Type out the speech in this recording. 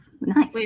nice